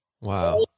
Wow